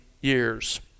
years